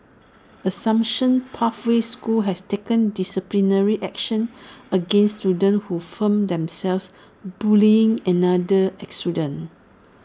assumption pathway school has taken disciplinary action against students who filmed themselves bullying another student